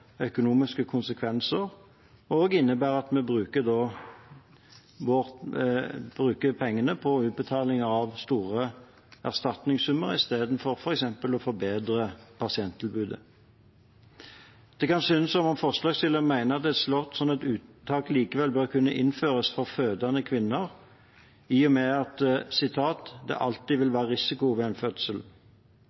økonomiske konsekvenser og at vi bruker pengene på utbetalinger av store erstatningssummer istedenfor f.eks. å forbedre pasienttilbudet. Det kan synes som om forslagsstillerne mener at et sånt unntak likevel bør kunne innføres for fødende kvinner, i og med at «det alltid vil være risikoer ved en fødsel».